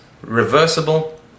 reversible